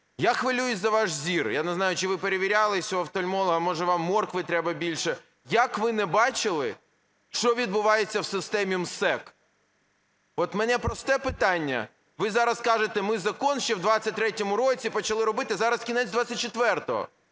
Я хвилююсь за ваш зір, я не знаю, чи ви перевірялись у офтальмолога, може, вам моркви треба більше, як ви не бачили, що відбувається в системі МСЕК? От у мене просте питання. Ви зараз кажете ми закон ще в 23-му році почали робити, зараз кінець 24-го,